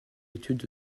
étude